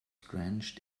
drenched